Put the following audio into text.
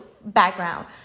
background